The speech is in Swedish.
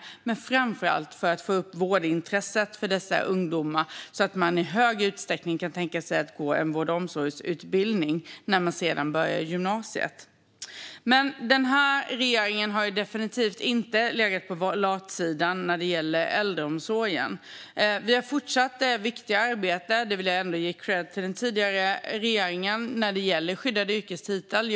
Men det handlar framför allt om att få upp vårdintresset hos dessa ungdomar så att de i större utsträckning kan tänka sig att gå en vård och omsorgsutbildning när de sedan börjar i gymnasiet. Regeringen har definitivt inte legat på latsidan när det gäller äldreomsorgen. Vi har fortsatt det viktiga arbetet - där vill jag ändå ge kredd till den tidigare regeringen - när det gäller skyddade yrkestitlar.